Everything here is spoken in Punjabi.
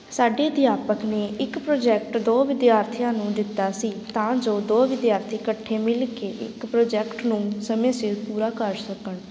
ਸਾਡੇ ਅਧਿਆਪਕ ਨੇ ਇੱਕ ਪ੍ਰੋਜੈਕਟ ਦੋ ਵਿਦਿਆਰਥੀਆਂ ਨੂੰ ਦਿੱਤਾ ਸੀ ਤਾਂ ਜੋ ਦੋ ਵਿਦਿਆਰਥੀ ਇਕੱਠੇ ਮਿਲ ਕੇ ਇੱਕ ਪ੍ਰੋਜੈਕਟ ਨੂੰ ਸਮੇਂ ਸਿਰ ਪੂਰਾ ਕਰ ਸਕਣ